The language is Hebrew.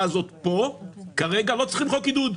הזאת פה כרגע לא צריכים חוק עידוד,